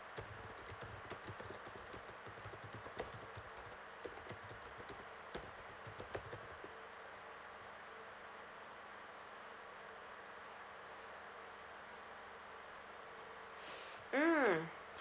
mm